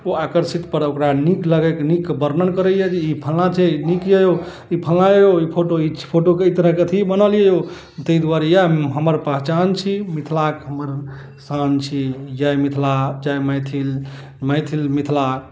ओ आकर्षित पर ओकरा नीक लगैक नीक वर्णन करइए जे ई फलना छै नीक यौ ई फलना यौ ई फोटो ई फोटो कइ तरहके अथी बना लियौ तै दुआरे यएह हमर पहचान छी मिथिलाक हमर शान छी जय मिथिला जय मैथिल मिथिला